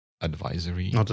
advisory